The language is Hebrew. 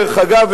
דרך אגב,